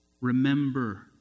Remember